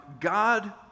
God